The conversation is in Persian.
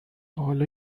حالا